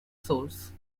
source